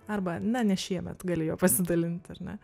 arba ne ne šiemet gali juo pasidalint ar ne